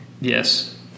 Yes